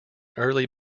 early